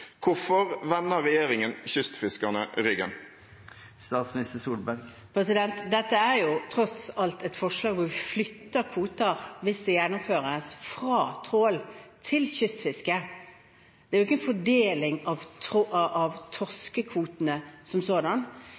Hvorfor vender regjeringen kystfiskerne ryggen? Dette er tross alt et forslag hvor vi flytter kvoter – hvis det gjennomføres – fra trål til kystfiske. Det er jo ikke en fordeling av torskekvotene som sådan.